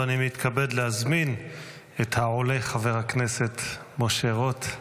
ואני מתכבד להזמין את העולה, חבר הכנסת משה רוט.